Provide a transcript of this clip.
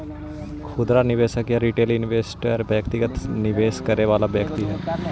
खुदरा निवेशक या रिटेल इन्वेस्टर व्यक्तिगत निवेश करे वाला व्यक्ति हइ